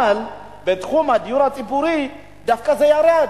אבל בתחום הדיור הציבורי זה דווקא ירד,